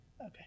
Okay